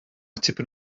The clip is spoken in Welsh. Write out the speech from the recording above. tipyn